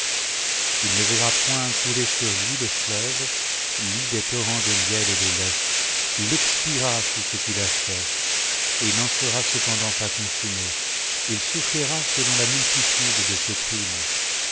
il ne verra point couler sur lui les fleuvesj ni des torrents de miel et de lait il expiera tout ce qu'il a fait et n'en sera cependant pas consumé il soufïrira selon la multitude de ses crimes